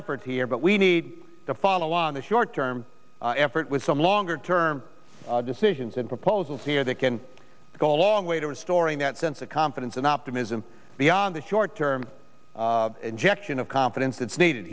effort here but we need to follow on the short term effort with some longer term decisions and proposals here that can go a long way to restoring that sense of confidence and optimism the on the short term injection of confidence that's needed